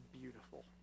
beautiful